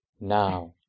Now